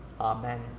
Amen